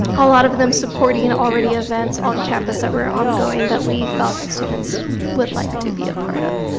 a lot of them supporting and already events on campus, ever ongoing that we felt that students would like to be a part of.